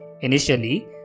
Initially